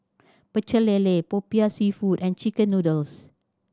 Pecel Lele Popiah Seafood and chicken noodles